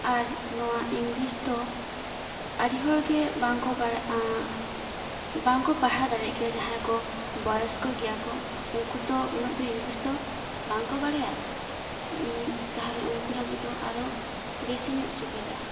ᱟᱨ ᱱᱚᱣᱟ ᱤᱝᱞᱤᱥ ᱫᱚ ᱟ ᱰᱤ ᱦᱚᱲ ᱜᱮ ᱵᱟᱝᱠᱚ ᱵᱟᱲᱟᱭᱟ ᱵᱟᱝ ᱠᱚ ᱯᱟᱲᱦᱟᱣ ᱫᱟᱲᱮᱭᱟᱜ ᱜᱮᱭᱟ ᱡᱟᱦᱟᱸᱭ ᱠᱚ ᱵᱚᱭᱮᱥᱠᱚ ᱜᱮᱭᱟ ᱠᱚ ᱩᱝᱠᱩ ᱛᱚ ᱩᱱᱟᱹᱜ ᱫᱚ ᱤᱝᱞᱤᱥ ᱫᱚ ᱵᱟᱝᱠᱚ ᱵᱟᱲᱟᱭᱟ ᱛᱟᱦᱚᱞᱮ ᱩᱱᱠᱩ ᱞᱟᱹᱜᱤᱫ ᱫᱚ ᱟᱨ ᱦᱚᱸ ᱵᱮᱥᱤᱧᱚᱜ ᱥᱩᱵᱤᱫᱟᱜᱼᱟ